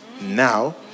now